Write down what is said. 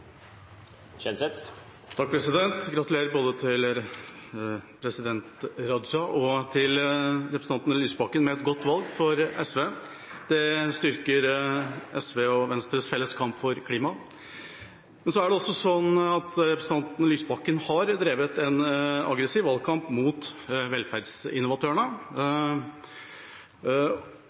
til president Raja og til representanten Lysbakken med et godt valg for SV. Det styrker SV og Venstres felles kamp for klima. Representanten Lysbakken har drevet en aggressiv valgkamp mot velferdsinnovatørene.